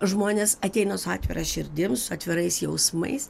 žmonės ateina su atvira širdim su atvirais jausmais